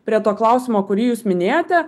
prie to klausimo kurį jūs minėjote